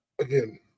again